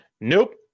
Nope